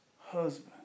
husband